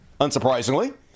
unsurprisingly